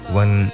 one